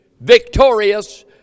victorious